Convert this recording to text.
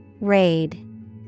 Raid